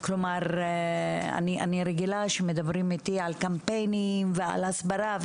אני רגילה שמדברים איתי על קמפיינים ועל הסברה,